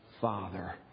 father